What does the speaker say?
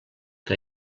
que